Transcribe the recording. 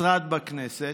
משרד בכנסת,